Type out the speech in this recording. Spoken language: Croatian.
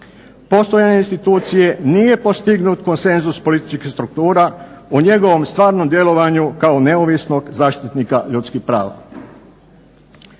postojanja institucije nije postignut konsenzus političkih struktura u njegovom stvarnom djelovanju kao neovisnog zaštitnika ljudskih prava.